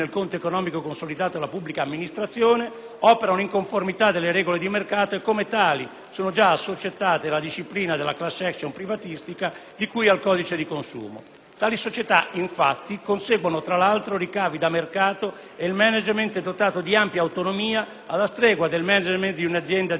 operano in conformità delle regole di mercato e come tali sono già assoggettate alla disciplina della *class action* privatistica, di cui al codice di consumo. Tali società, infatti, conseguono, tra l'altro, ricavi da mercato e il *management* è dotato di ampia autonomia alla stregua del *management* di un'azienda di tipo *market*, con conseguente esposizione alle